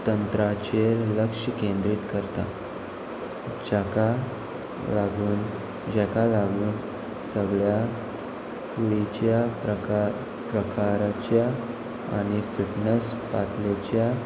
तंत्राचेर लक्ष केंद्रीत करता जाका लागून जेका लागून सगळ्या कुडीच्या प्रकार प्रकाराच्या आनी फिटनस पातलेच्या